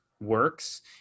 works